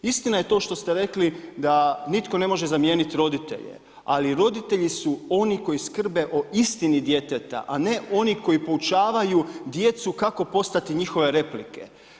Istina je to što ste rekli da nitko ne može zamijenit roditelje, ali roditelji su oni koji skrbe o istini djeteta, a ne oni koji poučavaju djecu kako postati njihove replike.